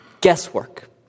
guesswork